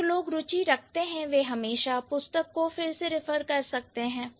और जो लोग रुचि रखते हैं वे हमेशा पुस्तक को रिफर कर सकते हैं